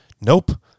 Nope